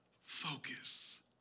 focus